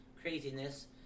craziness